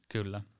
Kyllä